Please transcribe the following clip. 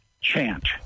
chant